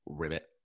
ribbit